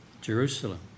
Jerusalem